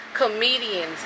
comedians